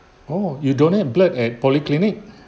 !ow! you donate blood at polyclinic